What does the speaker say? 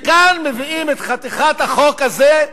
וכאן מביאים את חתיכת החוק הזה,